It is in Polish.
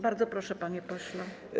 Bardzo proszę, panie pośle.